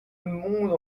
monde